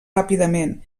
ràpidament